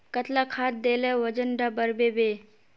कतला खाद देले वजन डा बढ़बे बे?